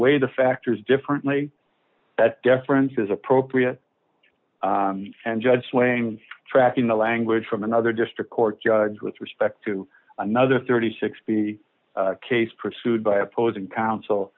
weigh the factors differently that deference is appropriate and judge weighing tracking the language from another district court judge with respect to another thirty six b case pursued by opposing counsel